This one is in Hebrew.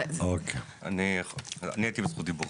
אני הייתי בזכות דיבור.